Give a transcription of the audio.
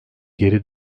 geri